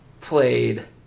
played